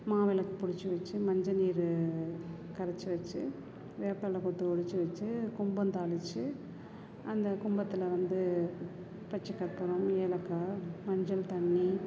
மாவிளக்கு பிடிச்சு வச்சு மஞ்சள் நீர் கரைச்சு வச்சு வேப்பில கொத்து ஒடித்து வச்சு கும்பம் தாளித்து அந்தக் கும்பத்தில் வந்து பச்சை கற்பூரம் ஏலக்காய் மஞ்சள் தண்ணி